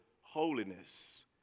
holiness